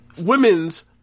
women's